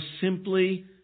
simply